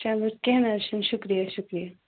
چلو کیٚنٛہہ نہَ حظ چھُنہٕ شُکریہ شُکریہ